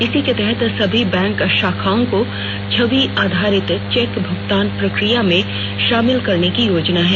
इसके तहत सभी बैंक शाखाओं को छवि आधारित चेक भुगतान प्रक्रिया में शामिल करने की योजना है